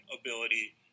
ability